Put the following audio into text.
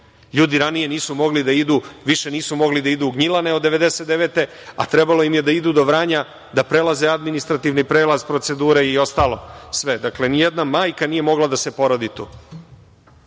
Ljudi ranije nisu mogli da idu Gnjilane od 1999. godine, a trebalo im je da idu do Vranja, da prelaze administrativni prelaz, procedure i ostalo sve. Dakle, nijedna majka nije mogla da s porodi tu.